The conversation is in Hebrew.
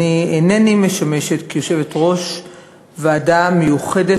אני אינני משמשת יושבת-ראש ועדה מיוחדת